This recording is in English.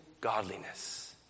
godliness